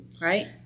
Right